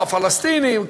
פלסטינים,